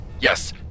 Yes